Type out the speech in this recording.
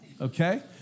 okay